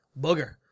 booger